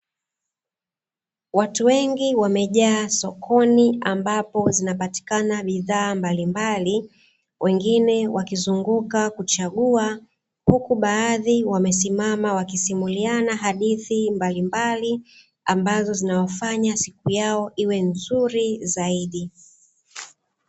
Watu wengi wamejaa sokoni, ambapo zinapatikana bidhaa mbalimbali, wengine wakizunguka kuchagua huku baadhi wamesimama wakisimuliana hadithi mbalimbali, ambazo zinawafanya siku yao iwe nzuri zaidi.